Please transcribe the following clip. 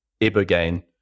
Ibogaine